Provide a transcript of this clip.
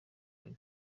bine